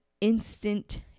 instant